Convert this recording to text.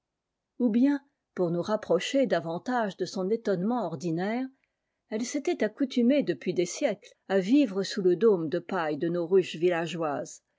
ou bien pour nous rapprocher davantage de son étonnement ordinaire elle s'était accoutumée depuis biècles à vivre sous le dôme de paille de nos ruches villageoises